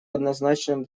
однозначным